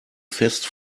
fest